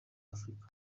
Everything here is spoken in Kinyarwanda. africa